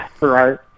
right